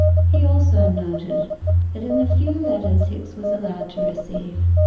he also noted that in the few letters hicks was allowed to receive,